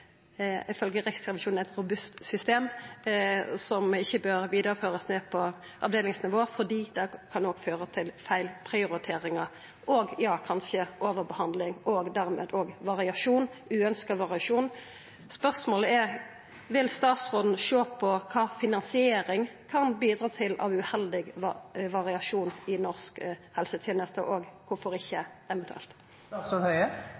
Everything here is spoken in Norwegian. eit robust system som bør førast vidare ned på avdelingsnivå, fordi det kan føra til feilprioriteringar og kanskje overbehandling og dermed òg uønskt variasjon. Spørsmålet er: Vil statsråden sjå på kva finansiering kan bidra til av uheldig variasjon i norsk helseteneste, og